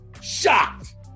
Shocked